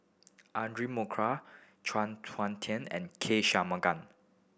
Audra Morrice Chuang Hui Tsuan and K Shanmugam